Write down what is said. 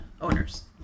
owners